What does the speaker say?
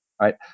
right